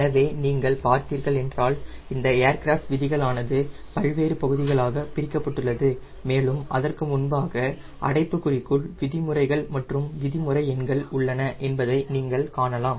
எனவே நீங்கள் பார்த்தீர்கள் என்றால் இந்த ஏர்கிராப்ட் விதிகள் ஆனது பல்வேறு பகுதிகளாக பிரிக்கப்பட்டுள்ளது மேலும் அதற்கு முன்பாக அடைப்புக்குறிக்குள் விதிமுறைகள் மற்றும் விதிமுறை எண்கள் உள்ளன என்பதை நீங்கள் காணலாம்